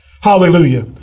Hallelujah